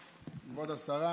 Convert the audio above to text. כבוד השרה,